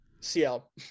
CL